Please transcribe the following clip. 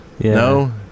No